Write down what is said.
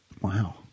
Wow